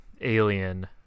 alien